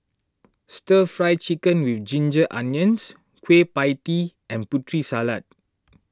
Stir Fry Chicken with Ginger Onions Kueh Pie Tee and Putri Salad